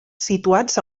situats